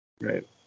Right